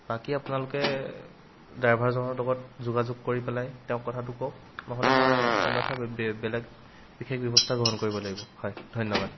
বাকী আপোনালোকে ড্ৰাইভাৰজনৰ লগত যোগাযোগ কৰি পেলাই তেওঁক কথাটো কওক নহ'লে মই অন্যথা বেলেগ বিশেষ ব্যৱস্থা গ্ৰহণ কৰিব লাগিব হয় ধন্যবাদ